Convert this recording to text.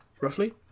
roughly